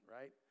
right